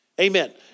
Amen